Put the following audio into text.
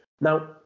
Now